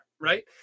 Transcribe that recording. right